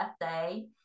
birthday